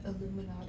Illuminati